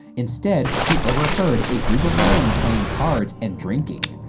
instead, she overheard a group of men playing cards and drinking.